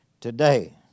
today